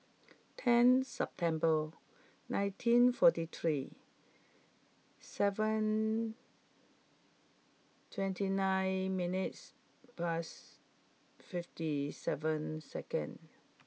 ten September nineteen forty three seven twenty nine minutes past fifty seven second